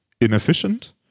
inefficient